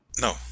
No